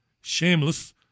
shameless